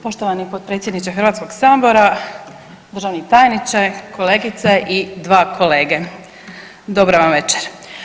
Poštovani potpredsjedniče Hrvatskog sabora, državni tajniče, kolegice i 2 kolege, dobra vam večer.